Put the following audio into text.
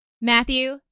Matthew